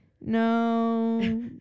No